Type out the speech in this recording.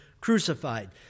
crucified